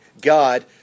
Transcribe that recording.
God